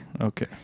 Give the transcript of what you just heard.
Okay